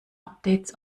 updates